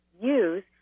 use